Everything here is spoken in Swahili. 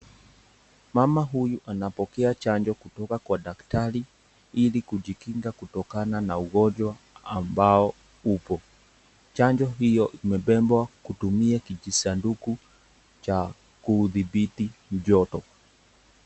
Mama huyu anapokea chanjo kutoka kwa daktari ili kujikinga kutokana na ugonjwa ambao upo. Chanjo hio imebebwa kutumia kijisanduku cha kudhibiti joto.